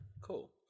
cool